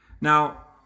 Now